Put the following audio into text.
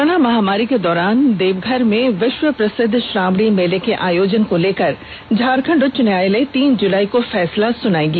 corona महामारी के दौरान देवघर में विश्व प्रसिद्ध श्रावणी मेले के आयोजन को लेकर झारखंड उच्च न्यायालय तीन जुलाई को फैसला सुनायेगी